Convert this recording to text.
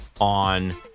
on